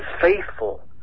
faithful